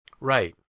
Right